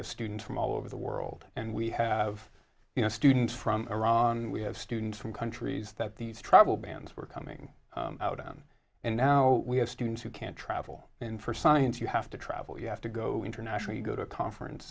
have students from all over the world and we have you know students from iran we have students from countries that these travel bans were coming out on and now we have students who can't travel and for science you have to travel you have to go internationally go to a conference